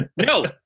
No